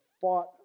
fought